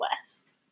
West